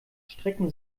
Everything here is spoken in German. strecken